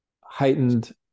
heightened